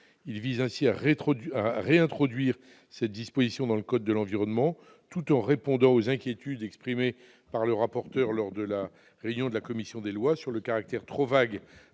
Il vise à réintroduire cette disposition dans ledit code, tout en répondant aux inquiétudes exprimées par le rapporteur, lors de la réunion de la commission des lois, quant au caractère trop vague